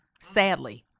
sadly